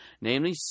namely